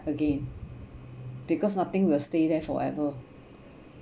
again because nothing will stay there forever